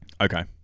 Okay